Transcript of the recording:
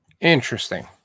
Interesting